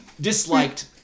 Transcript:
disliked